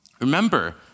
Remember